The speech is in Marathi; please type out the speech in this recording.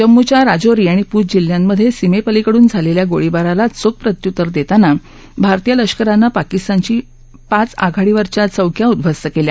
जम्मूच्या राजौरी आणि पूंछ जिल्ह्यांमध्ये सीमेपलिकडून झालेल्या गोळीबाराला चोख प्रत्युत्तर देताना भारतीय लष्करानं पाकिस्तानची पाच आघाडीवरच्या चौक्या उदृध्वस्त केल्या